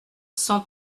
cent